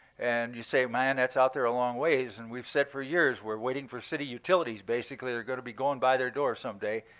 and you say, man, that's out there a long ways. and we've said for years, we're waiting for city utilities. basically they're going to be going by their door someday.